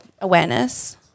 awareness